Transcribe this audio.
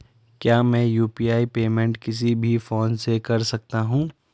क्या मैं UPI payment किसी भी फोन से कर सकता हूँ?